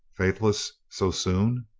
faithless so soon!